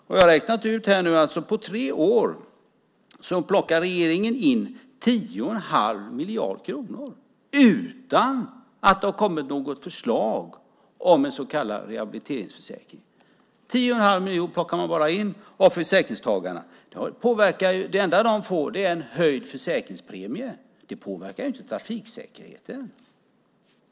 Jag har räknat ut att på tre år plockar regeringen in 10 1⁄2 miljard kronor utan att det har kommit något förslag om en så kallad rehabiliteringsförsäkring. Man plockar in 10 1⁄2 miljard av försäkringstagarna. Det enda de får är en höjd försäkringspremie. Det påverkar inte trafiksäkerheten.